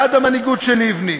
בעד המנהיגות של לבני.